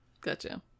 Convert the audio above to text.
Gotcha